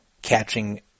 catching